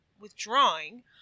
withdrawing